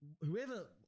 whoever